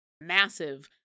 massive